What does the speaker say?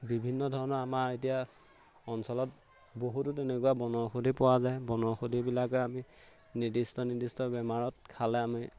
বিভিন্ন ধৰণৰ আমাৰ এতিয়া অঞ্চলত বহুতো তেনেকুৱা বনৌষধি পোৱা যায় বনৌষধিবিলাকে আমি নিৰ্দিষ্ট নিৰ্দিষ্ট বেমাৰত খালে আমি